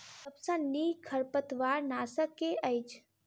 सबसँ नीक खरपतवार नाशक केँ अछि?